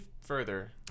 further